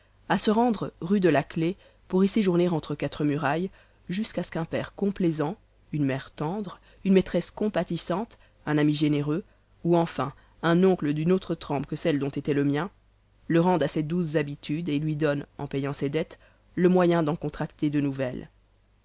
à se rendre rue de la clef pour y séjourner entre quatre murailles jusqu'à ce qu'un père complaisant une mère tendre une maîtresse compatissante un ami généreux ou enfin un oncle d'une autre trempe que celle dont était le mien le rende à ses douces habitudes et lui donne en payant ses dettes le moyen d'en contracter de nouvelles